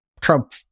Trump